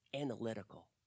analytical